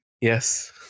Yes